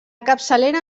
capçalera